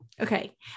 okay